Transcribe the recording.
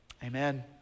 Amen